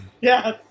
Yes